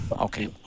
Okay